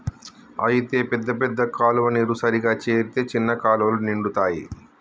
అయితే పెద్ద పెద్ద కాలువ నీరు సరిగా చేరితే చిన్న కాలువలు నిండుతాయి